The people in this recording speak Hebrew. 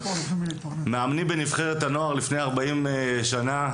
מאמני בנבחרת הנוער לפני ארבעים שנה,